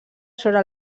sobre